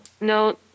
no